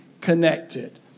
connected